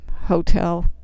hotel